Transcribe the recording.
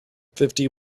fifty